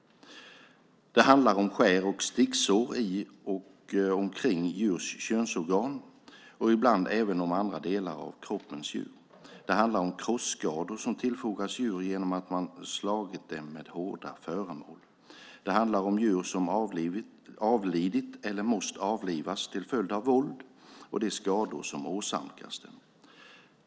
Det handlar om skär och sticksår i och omkring djurs könsorgan och ibland även på andra delar av djurens kropp. Det handlar om krosskador som tillfogats djur genom att man slagit dem med hårda föremål. Det handlar om djur som avlidit eller måst avlivas till följd av det våld och de skador som åsamkats dem.